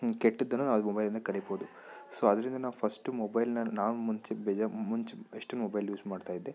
ಕೆಟ್ಟದ್ದನ್ನು ನಾವು ಮೊಬೈಲಿಂದ ಕಲಿಬೋದು ಸೊ ಅದರಿಂದ ನಾವು ಫಸ್ಟು ಮೊಬೈಲ್ನ ನಾವು ಮುಂಚೆ ಬೆಜ ಮುಂಚೆ ಎಷ್ಟು ಮೊಬೈಲ್ ಯೂಸ್ ಮಾಡ್ತಾಯಿದ್ದೆ